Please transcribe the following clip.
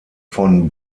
von